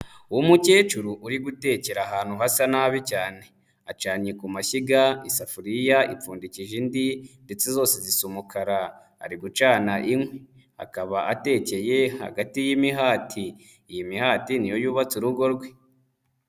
Umukecuru uri gutekera ahantu hasa nabi cyane, acanye ku mashyiga isafuriya ipfundikije indi ndetse zose zisa umukara ari gucana inkwi, akaba atekeye hagati y'imihati, iyi mihati niyo yubatse urugo rwe.